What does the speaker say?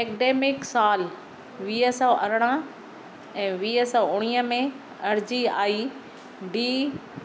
academic साल वीह सौ अरिड़हं वींह सौ उणिवीह में अर्जी आई डी